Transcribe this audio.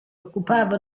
occupava